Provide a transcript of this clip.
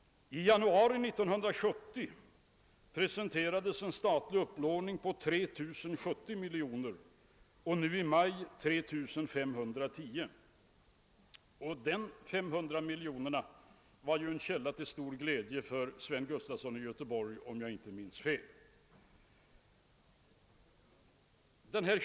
I januari 1970 presenterades en statlig upplåning på 3 070 miljoner, och nu i maj säger vi 3510 miljoner. Dessa 500 miljoner var ju en källa till stor glädje för Sven Gustafson i. Göteborg, om jag inte minns fel.